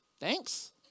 Thanks